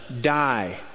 die